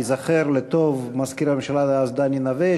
ייזכר לטוב מזכיר הממשלה דאז דני נוה,